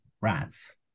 rats